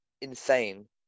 insane